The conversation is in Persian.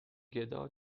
گدا